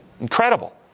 Incredible